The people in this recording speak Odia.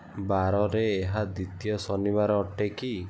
ବାରରେ ଏହା ଦ୍ୱିତୀୟ ଶନିବାର ଅଟେ କି